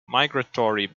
migratory